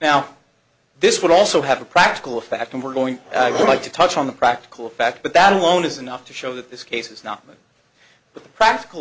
now this would also have a practical effect and we're going to touch on the practical effect but that alone is enough to show that this case is not the practical